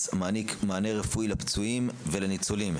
המעניק מענה רפואי לפצועים ולניצולים,